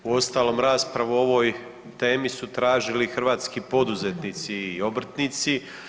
Uostalom, raspravu o ovoj temi su tražili hrvatski poduzetnici i obrtnici.